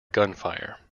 gunfire